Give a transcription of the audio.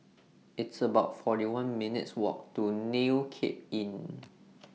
It's about forty one minutes' Walk to New Cape Inn